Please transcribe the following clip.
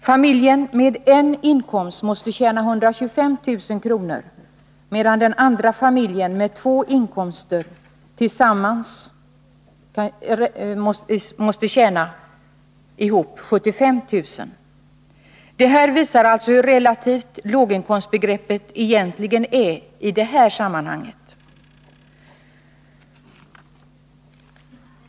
Familjen med en inkomst måste tjäna 125 000 kr., medan den andra familjen med två inkomster totalt måste tjäna ihop 75 000 kr. Det här visar alltså hur relativt låginkomstbegreppet egentligen är i detta sammanhang.